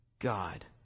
God